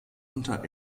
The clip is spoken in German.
unter